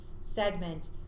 segment